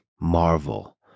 marvel